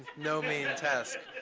no mean task.